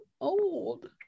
old